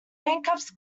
handcuffs